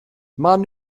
mann